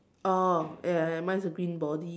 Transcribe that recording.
oh ya ya mine is a green body